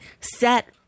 set